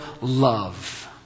love